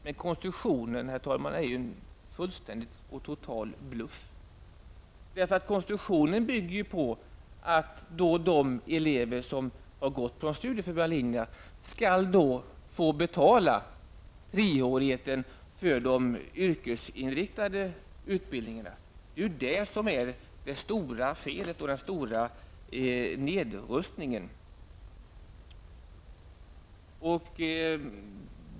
Men konstruktionen, herr talman, är en stor bluff. Den bygger ju på att de elever som har gått på den studieförberedande linjen skall få betala treårigheten för de yrkesinriktade utbildningarna. Det är detta som är det stora felet, som innebär den stora nedskärningen.